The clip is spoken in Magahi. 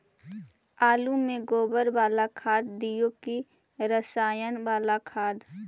आलु में गोबर बाला खाद दियै कि रसायन बाला खाद?